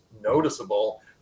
noticeable